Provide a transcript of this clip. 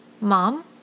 Mom